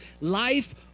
life